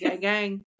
gang